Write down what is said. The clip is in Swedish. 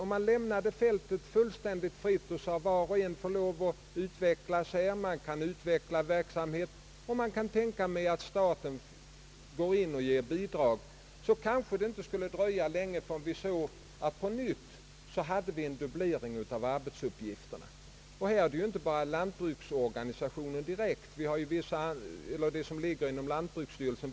Om fältet lämnades fullständigt fritt och var och en fick syssla med rationaliseringsverksamhet och kunde räkna med att staten ger bidrag, skulle det inte dröja länge förrän vi på nytt hade fått en dubblering av arbetsuppgifterna. Det är heller inte bara fråga om de organ som ligger under lantbruksstyrelsen.